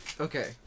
Okay